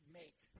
make